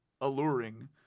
alluring